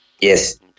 yes